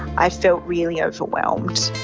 i felt really overwhelmed.